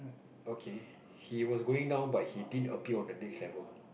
okay he was going down but he didn't appear on the next level